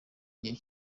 gihe